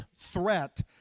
threat